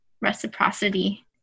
reciprocity